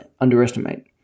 underestimate